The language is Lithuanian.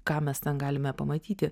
ką mes ten galime pamatyti